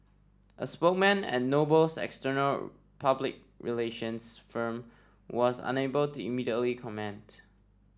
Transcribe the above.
a spokesman at Noble's external public relations firm was unable to immediately comment